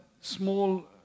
small